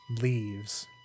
leaves